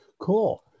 Cool